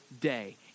day